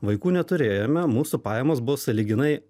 vaikų neturėjome mūsų pajamos bus sąlyginai